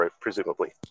presumably